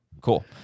Cool